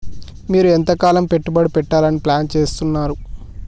మీరు ఎంతకాలం పెట్టుబడి పెట్టాలని ప్లాన్ చేస్తున్నారు?